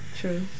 True